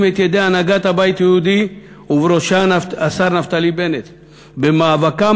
את ידי הנהגת הבית היהודי ובראשם את השר נפתלי בנט במאבקם